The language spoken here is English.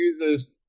users